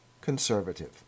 conservative